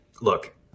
look